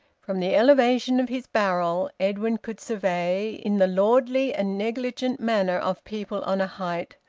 from the elevation of his barrel edwin could survey, in the lordly and negligent manner of people on a height,